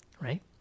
right